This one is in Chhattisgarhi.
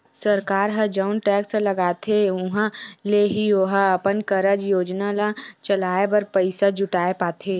सरकार ह जउन टेक्स लगाथे उहाँ ले ही ओहा अपन कारज योजना ल चलाय बर पइसा जुटाय पाथे